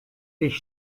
ich